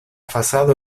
fasado